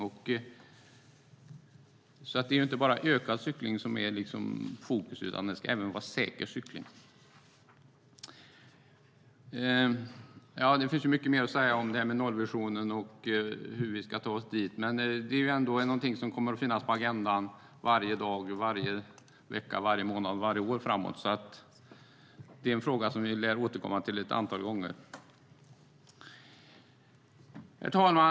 Det är alltså inte bara ökad cykling som ligger i fokus, utan det ska även vara säker cykling. Det finns mycket mer att säga om nollvisionen och hur vi ska ta oss dit, men det är ändå något som kommer att finnas på agendan varje dag, varje vecka, varje månad och varje år framöver. Det är alltså en fråga vi lär återkomma till ett antal gånger. Herr talman!